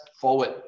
forward